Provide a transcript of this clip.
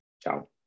Ciao